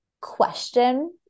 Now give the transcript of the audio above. question